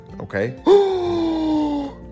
okay